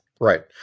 Right